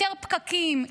יותר פקקים,